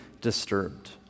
disturbed